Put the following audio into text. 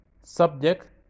subject